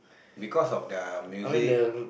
because of the music